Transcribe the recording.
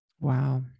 Wow